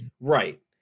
Right